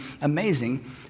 amazing